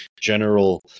general